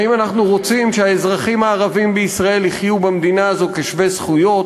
האם אנחנו רוצים שהאזרחים הערבים בישראל יחיו במדינה הזו כשווי זכויות,